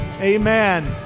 amen